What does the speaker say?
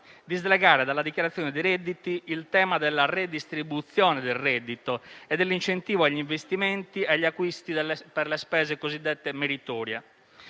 di slegare dalla dichiarazione dei redditi il tema della redistribuzione del reddito e dell'incentivo agli investimenti e agli acquisti per le spese cosiddette meritorie.